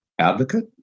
advocate